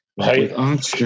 Right